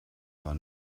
war